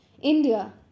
India